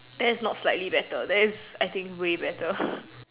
that is not slightly better that is I think way better